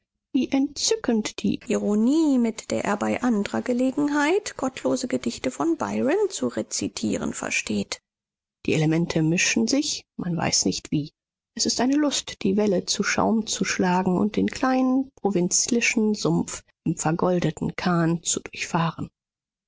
wie entzückend die ironie mit der er bei andrer gelegenheit gottlose gedichte von byron zu rezitieren versteht die elemente mischen sich man weiß nicht wie es ist eine lust die welle zu schaum zu schlagen und den kleinen provinzlichen sumpf im vergoldeten kahn zu durchfahren